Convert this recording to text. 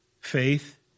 Faith